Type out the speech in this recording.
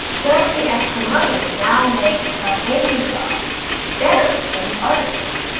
does the extra money now make the banking job better than the artist one?